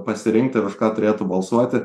pasirinkti ir už ką turėtų balsuoti